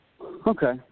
Okay